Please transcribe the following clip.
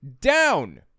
down